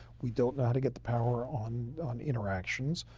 we don't know how to get the power on on interactions.